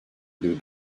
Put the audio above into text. bir